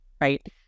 right